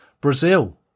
brazil